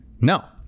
No